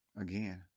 Again